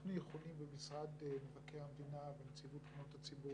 אנחנו במשרד מבקר המדינה ונציבות תלונות הציבור